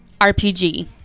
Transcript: RPG